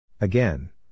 Again